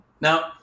Now